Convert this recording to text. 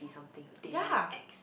something damn ex